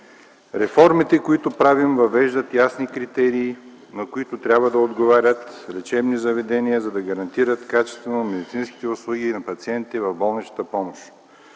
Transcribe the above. Реформите, които правим, въвеждат ясни критерии, на които трябва да отговарят лечебните заведения, за да гарантират качеството на медицинските услуги на пациентите в болничната помощ.